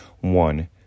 One